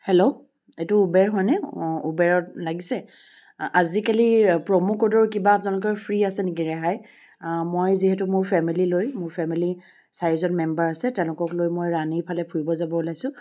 hello এইটো Uber হয়নে অঁ ওবেৰত লাগিছে আজিকালি প্ৰমো ক'ডৰ কিবা আপোনালোকৰ ফ্ৰী আছে নেকি ৰেহাই মই যিহেতু মোৰ ফেমিলী লৈ মোৰ ফেমিলী চাৰিজন মেম্বাৰ আছে তেওঁলোকক লৈ মই ৰাণীৰ ফালে ফুৰিব যাব ওলাইছোঁ